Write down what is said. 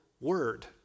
word